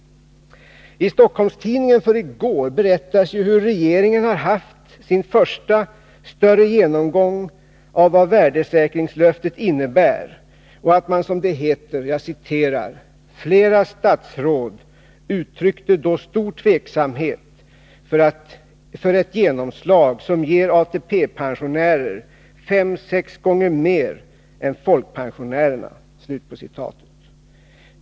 I Stockholms-Tidningen för i går berättas att regeringen har haft sin första större genomgång av vad värdesäkringslöftet innebär. Det heter där: ”Flera statsråd uttryckte då stor tveksamhet inför ett genomslag som ger ATP pensionärer 5-6 gånger mer än folkpensionärer”.